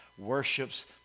worships